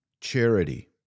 charity